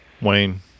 Wayne